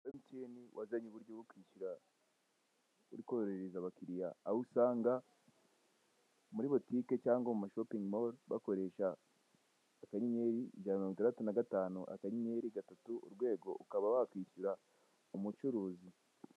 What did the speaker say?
Emutiyeni yazanye uburyo bwo kwishyura uri korohereza abakiriya aho usanga muri butike cyangwa mu mashopingi bakoresha akanyenyeri ijana na mirongo itandatu na gatanu akanyenyeri gatatu urwego ukaba wakwishyura umucuruzi.